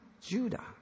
Judah